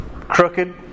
crooked